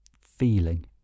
feeling